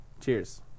Cheers